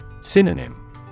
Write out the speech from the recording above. Synonym